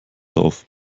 auf